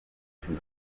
from